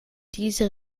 diese